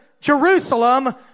Jerusalem